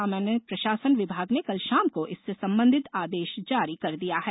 सामान्य प्रशासन विभाग ने कल शाम को इससे संबंधित आदेश जारी कर दिया है